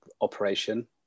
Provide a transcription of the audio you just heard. operation